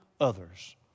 others